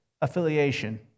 affiliation